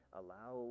allow